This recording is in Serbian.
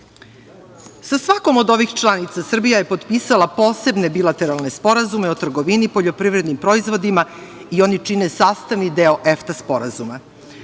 svakom od ovih članica Srbija je potpisala posebne bilateralne sporazume o trgovini poljoprivrednim proizvodima i oni čine sastavni deo EFTA sporazuma. Danas